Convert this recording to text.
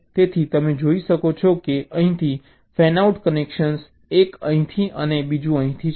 તેથી તમે જોઈ શકો છો કે અહીંથી ફેનઆઉટ કનેક્શન એક અહીંથી અને બીજું અહીંથી છે